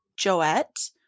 Joette